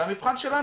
והמבחן שלנו,